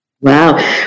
wow